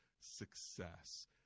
success